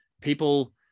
people